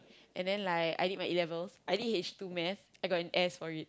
and then like I did my A-levels I did H two maths I got an S for it